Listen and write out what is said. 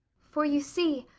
for you see,